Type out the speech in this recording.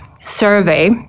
survey